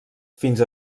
fins